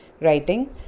writing